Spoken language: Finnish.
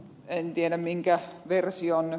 en tiedä minkä version ed